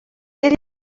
més